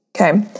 Okay